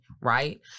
right